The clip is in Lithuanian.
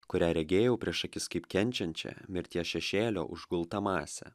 kurią regėjau prieš akis kaip kenčiančią mirties šešėlio užgultą masę